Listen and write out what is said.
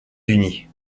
unis